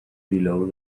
below